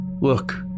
Look